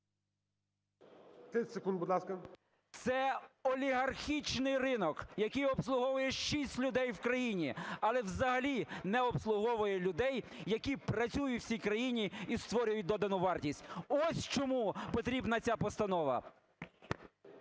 Це олігархічний ринок, який обслуговує 6 людей в країні, але взагалі не обслуговує людей, які працюють в цій країні і створюють додану вартість. Ось чому потрібна ця постанова.